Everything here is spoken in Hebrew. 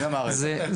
מי אמר את זה?